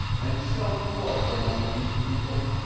and self-love among these people,